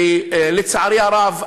ולצערי הרב,